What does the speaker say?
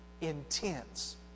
intense